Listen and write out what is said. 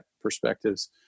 perspectives